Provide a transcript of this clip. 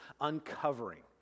uncovering